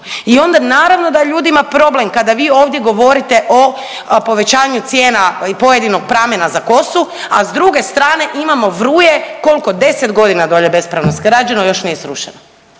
i onda naravno da ljudima problem kada vi ovdje govorite o povećanju cijena i pojedinog pramena za kosu, a s druge strane imamo vruje koliko, 10 godina dolje bespravno sagrađeno i još nije srušeno,